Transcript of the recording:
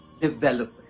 developer